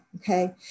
okay